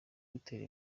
gutera